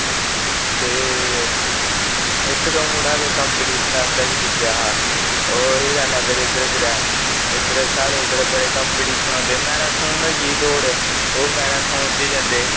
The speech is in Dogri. ते इक दाऊं मुडा ते कम्पीटिशन आस्ते बी जित्तेआ हा औह् हीरानगर इधर कुते साढ़े इदर बडे़ कम्पीटिशन होंदे मैराथन होई गेई दोड़ ओह् मेराथन च जंदे